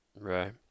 Right